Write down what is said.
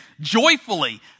joyfully